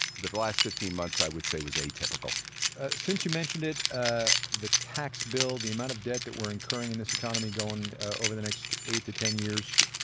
the the last fifteen months i would say was atypical since you mentioned it, ah the tax bill, the amount of debt that we're incurring in this economy going over the next eight to ten years.